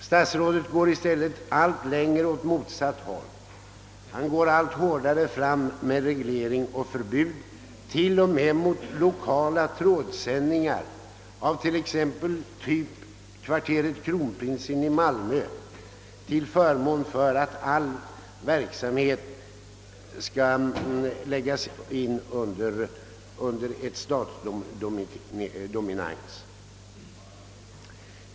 Statsrådet går i stället allt längre åt motsatt håll och allt hårdare fram med reglering och förbud, t.o.m. mot lokala trådsändningar av exempelvis typ kvarteret Kronprinsen i Malmö, till förmån för tanken att all verksamhet skall läggas in under statsdominansen.